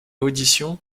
audition